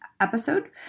episode